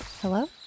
Hello